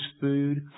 food